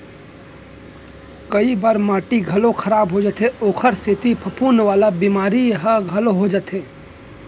कई बार माटी घलौ खराब हो जाथे ओकरे सेती फफूंद वाला बेमारी ह घलौ हो जाथे